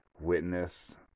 witness